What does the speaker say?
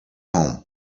home